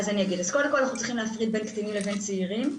קודם כל אנחנו צריכים להפריד בין קטינים לבין צעירים.